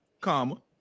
comma